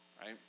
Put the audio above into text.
right